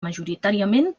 majoritàriament